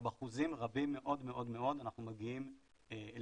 אבל באחוזים רבים מאוד מאוד מאוד אנחנו מגיעים להצלחה.